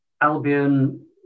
Albion